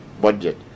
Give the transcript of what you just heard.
budget